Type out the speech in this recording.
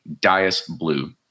Dias-Blue